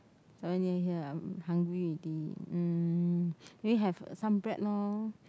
somewhere near here I'm hungry already mm maybe have some bread lor